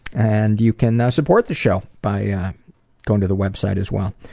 and you can support the show by going to the website, as well.